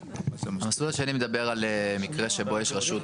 המסלול השני מדבר על מקרה שבו יש רשות